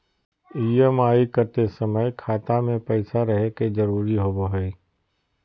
EMI कटे समय खाता मे पैसा रहे के जरूरी होवो हई